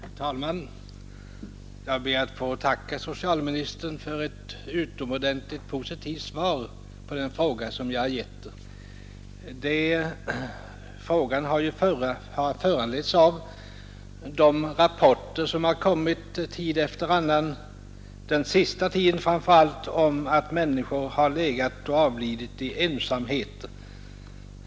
Herr talman! Jag ber att få tacka socialministern för ett utomordentligt positivt svar på den fråga som jag har ställt. Frågan har ju föranletts av de rapporter som framkommit tid efter annan — framför allt den senaste tiden — om att människor legat och avlidit i ensamhet.